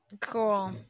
Cool